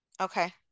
Okay